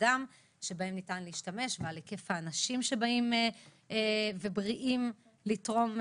הדם שבהן ניתן להשתמש ועל מספר האנשים הבריאים שבאים לתרום,